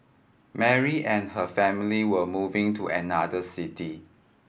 Mary and her family were moving to another city